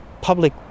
public